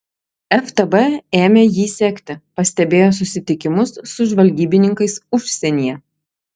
ftb ėmė jį sekti pastebėjo susitikimus su žvalgybininkais užsienyje